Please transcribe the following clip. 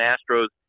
Astros